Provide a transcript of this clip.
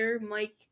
Mike